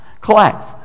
collects